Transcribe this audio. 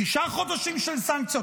שישה חודשים של סנקציות.